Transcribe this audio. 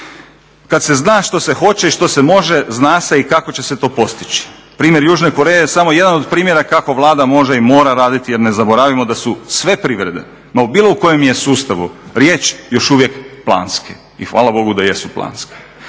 Kad se zna što se hoće i što se može zna se i kako će se to postići. Primjer Južne Koreje je samo jedan od primjera kako Vlada može i mora raditi jer ne zaboravimo da su sve privrede ma bilo o kojem je sustavu riječ još uvijek planske. I hvala Bogu da jesu planske.